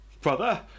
Brother